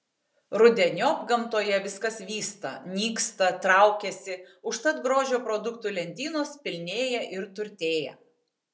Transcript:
rudeniop gamtoje viskas vysta nyksta traukiasi užtat grožio produktų lentynos pilnėja ir turtėja